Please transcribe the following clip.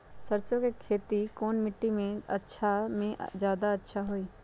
सरसो के खेती कौन मिट्टी मे अच्छा मे जादा अच्छा होइ?